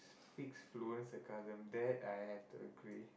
speaks fluent sarcasm that I have to agree